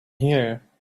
here